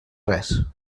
res